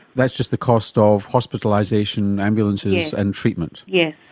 that's just the cost ah of hospitalisation, ambulances and treatment? yes.